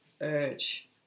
urge